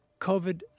COVID